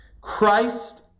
Christ